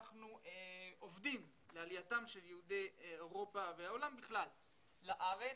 אנחנו עובדים לעלייתם של יהודי אירופה והעולם בכלל לארץ,